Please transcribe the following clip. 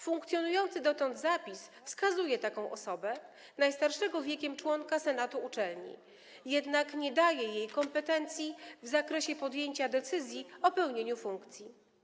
Funkcjonujący dotąd zapis wskazuje taką osobę, tj. najstarszego wiekiem członka senatu uczelni, jednak nie daje jej kompetencji w zakresie podjęcia decyzji o pełnieniu funkcji.